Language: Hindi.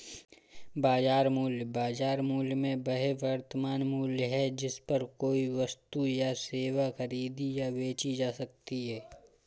बाजार मूल्य, बाजार मूल्य में वह वर्तमान मूल्य है जिस पर कोई वस्तु या सेवा खरीदी या बेची जा सकती है